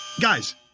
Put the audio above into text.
Guys